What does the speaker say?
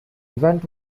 event